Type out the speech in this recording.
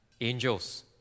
angels